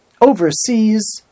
overseas